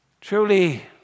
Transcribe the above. Truly